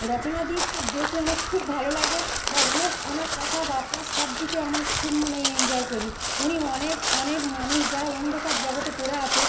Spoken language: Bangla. রচনাদিকে দেখলে আমার খুব ভালো লাগে বা ওনর ওনার কথাবার্তা সবদিকে আমার খুব মানে এনজয় করি উনি অনেক অনেক মানুষ যারা অন্ধকার জগতে পড়ে আছে